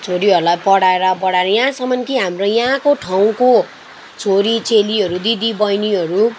छोरीहरूलाई पढाएर बढाएर यहाँसम्म कि यहाँको ठाउँको छोरीचेलीहरू दिदीबहिनीहरू